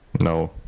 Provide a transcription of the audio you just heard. no